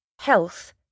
health